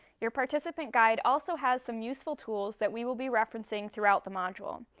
your participant guide also has some useful tools that we will be referencing throughout the module.